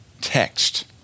text